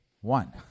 one